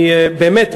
אני באמת,